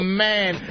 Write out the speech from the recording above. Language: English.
man